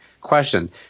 Question